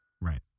Right